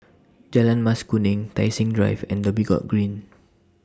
Jalan Mas Kuning Tai Seng Drive and The Dhoby Ghaut Green